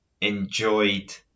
enjoyed